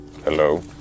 Hello